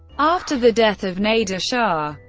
after the death of nader shah,